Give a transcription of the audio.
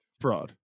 Fraud